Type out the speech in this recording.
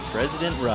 President